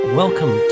welcome